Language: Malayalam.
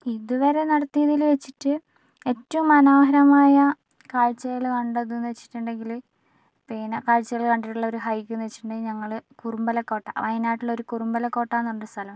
ഇതുവരെ നടത്തിയതിൽ വച്ചിട്ട് ഏറ്റവും മനോഹരമായ കാഴ്ചകൾ കണ്ടതെന്ന് വച്ചിട്ടുണ്ടെങ്കിൽ പിന്ന കാഴ്ചകൾ കണ്ടിട്ടുള്ള ഒരു ഹൈക്ക് എന്നു വച്ചിട്ടുണ്ടെങ്കിൽ ഞങ്ങൾ കുറുമ്പലക്കോട്ട വയനാട്ടിൽ ഒരു കുറുമ്പലക്കോട്ടയെന്ന് പറഞ്ഞിട്ട് സ്ഥലം ഉണ്ട്